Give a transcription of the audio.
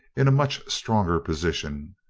in a much stronger position.